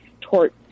tort